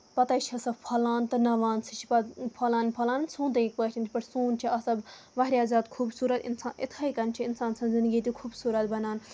پَتٕے چھےٚ سۄ پھۄلان تہٕ نَوان سۄ چھِ پَتہٕ پھۄلان پھۄلان سونتٕکۍ پٲٹھۍ یِتھ پٲٹھۍ سونٛت چھِ آسان واریاہ زیادٕ خوٗبصوٗرت اِنسان اِتھٕے کٔنۍ چھِ اِنسان سٕنز زِندگی تہِ خوٗبصوٗرت بَنان